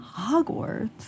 Hogwarts